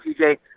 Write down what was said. TJ